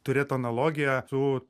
turėt analogiją su